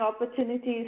opportunities